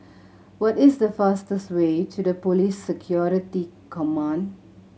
what is the fastest way to the Police Security Command